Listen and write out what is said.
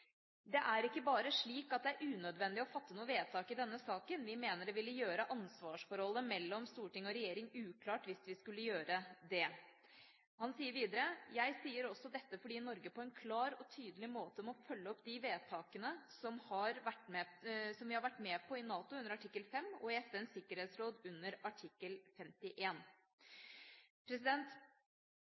er ikke bare slik at det er unødvendig å fatte noe vedtak i denne saken. Vi mener at det ville gjøre ansvarsforholdet mellom storting og regjering uklart hvis vi skulle gjøre det.» Han sier videre: «Jeg sier også dette fordi Norge på en klar og tydelig måte må følge opp de vedtakene som vi har vært med på i NATO under artikkel 5 og i FNs sikkerhetsråd under artikkel